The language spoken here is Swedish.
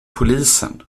polisen